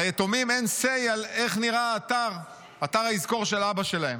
ליתומים אין say על איך נראה אתר היזכור של האבא שלהם.